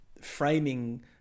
framing